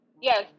Yes